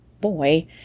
boy